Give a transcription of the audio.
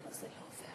בעד, 10,